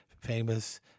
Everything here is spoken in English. famous